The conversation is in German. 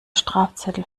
strafzettel